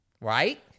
Right